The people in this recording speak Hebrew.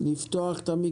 תודה רבה על דיון